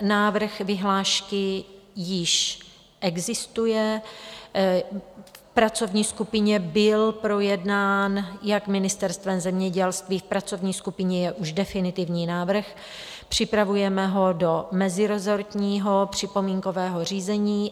Návrh vyhlášky již existuje, v pracovní skupině byl projednán jak Ministerstvem zemědělství, v pracovní skupině je už definitivní návrh, připravujeme ho do mezirezortního připomínkového řízení.